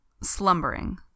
Slumbering